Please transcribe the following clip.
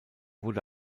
wurde